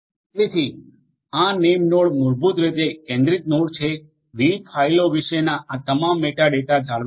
તેથી આ નેમનોડ મૂળભૂતરીતે કેન્દ્રિત નોડ છે વિવિધ ફાઇલો વિશેનો આ તમામ મેટા ડેટા જાળવે છે